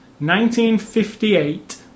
1958